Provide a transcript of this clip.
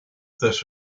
this